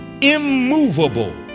immovable